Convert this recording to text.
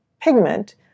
pigment